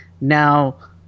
now